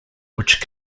which